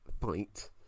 fight